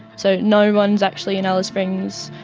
so no-one's actually in alice springs,